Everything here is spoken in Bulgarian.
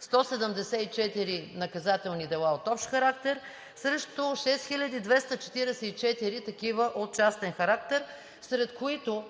174 наказателни дела от общ характер срещу 6244 такива от частен характер, сред които